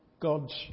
God's